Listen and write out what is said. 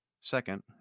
Second